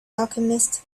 alchemist